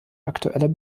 aktueller